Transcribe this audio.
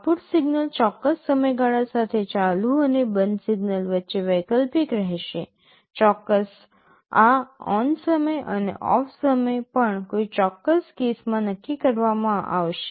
output signal ચોક્કસ સમયગાળા સાથે ચાલુ અને બંધ સિગ્નલ વચ્ચે વૈકલ્પિક રહેશે ચોક્કસ આ ઓન્ સમય અને ઓફ સમય પણ કોઈ ચોક્કસ કેસમાં નક્કી કરવામાં આવશે